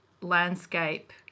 landscape